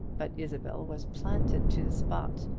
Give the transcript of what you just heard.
but isabel was planted to the spot,